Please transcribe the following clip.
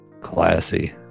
Classy